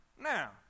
now